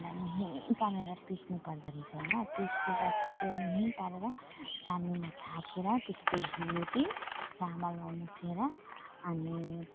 त्यसलाई मिहिन पारेर पिस्नु पर्दाे रहेछ होइन पिसेर पिसेर मिहिन पारेर चालनीमा चालेर त्यसको धुलो त चामलमा मुसेर अनि